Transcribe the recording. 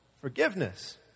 forgiveness